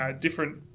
different